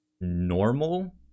normal